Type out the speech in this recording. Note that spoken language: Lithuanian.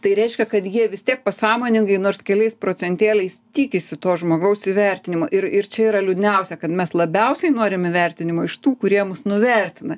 tai reiškia kad jie vis tiek pasąmoningai nors keliais procentėliais tikisi to žmogaus įvertinimo ir ir čia yra liūdniausia kad mes labiausiai norim įvertinimo iš tų kurie mus nuvertina